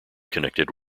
connected